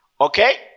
Okay